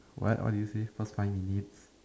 what what did you say first time you need